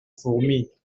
fourmis